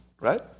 Right